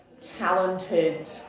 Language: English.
talented